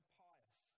pious